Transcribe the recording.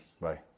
Bye